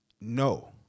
no